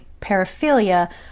paraphilia